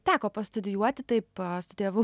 teko pastudijuoti taip studijavau